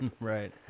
Right